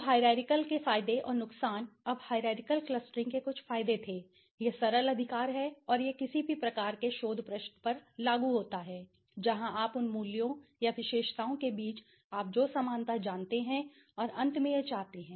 तो हाईरारकिअल के फायदे और नुकसान अब हाईरारकिअल क्लस्टरिंग के कुछ फायदे थे यह सरल अधिकार है और यह किसी भी प्रकार के शोध प्रश्न पर लागू होता है जहां आप उन मूल्यों या विशेषताओं के बीच आप जो समानता जानते हैं और अंत में यह चाहते हैं